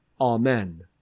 Amen